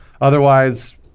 Otherwise